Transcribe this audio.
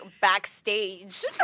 backstage